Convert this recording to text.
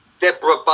Deborah